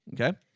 Okay